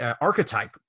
archetype